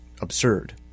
absurd